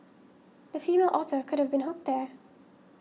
the female otter could have been hooked there